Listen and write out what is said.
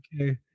Okay